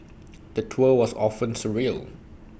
the tour was often surreal